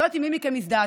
לא יודעת אם מי מכם הזדעזע,